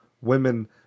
women